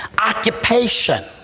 Occupation